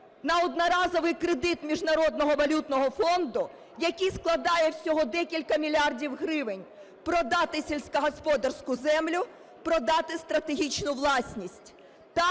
на одноразовий кредит Міжнародного валютного фонду, який складає всього декілька мільярдів гривень, продати сільськогосподарську землю, продати стратегічну власність.